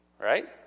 right